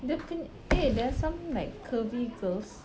dia punya eh there are some like curvy girls